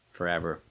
Forever